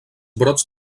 brots